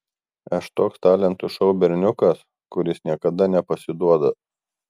aš toks talentų šou berniukas kuris niekada nepasiduoda